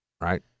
right